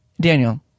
Daniel